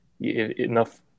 enough